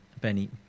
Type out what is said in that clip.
benny